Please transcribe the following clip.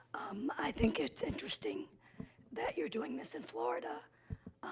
um, i think it's interesting that you're doing this in florida.